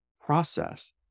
process